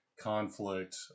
conflict